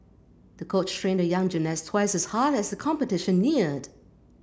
the coach trained the young gymnast twice as hard as the competition neared